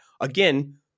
Again